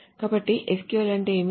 కాబట్టి SQL అంటే ఏమిటి